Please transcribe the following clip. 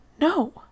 No